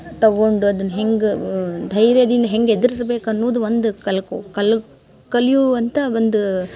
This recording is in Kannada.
ತಗೊಂಡು ಅದನ್ನ ಹೆಂಗ ಧೈರ್ಯದಿಂದ ಹೆಂಗ ಎದರ್ಸ್ಬೇಕು ಅನ್ನುದ ಒಂದು ಕಲ್ಕೊ ಕಲ್ ಕಲಿಯುವಂಥ ಒಂದು